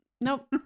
Nope